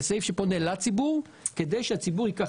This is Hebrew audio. זה סעיף שפונה לציבור כדי שהציבור ייקח